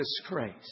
disgrace